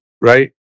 Right